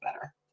better